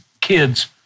kids